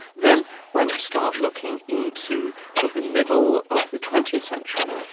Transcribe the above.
then when you start looking into so the middle of the twentieth century,